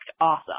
awesome